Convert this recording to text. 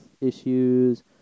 issues